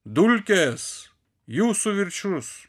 dulkės jūsų viršus